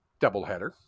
doubleheader